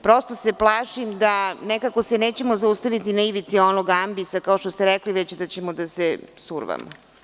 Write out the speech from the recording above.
Prosto se plašim da se nećemo zaustaviti na ivici onog ambisa kao što ste rekli, već da ćemo da se survamo.